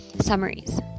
summaries